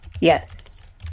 Yes